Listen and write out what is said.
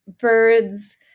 birds